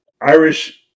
Irish